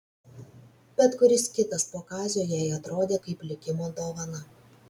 bet kuris kitas po kazio jai atrodė kaip likimo dovana